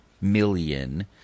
million